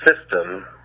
system